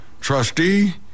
trustee